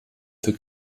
für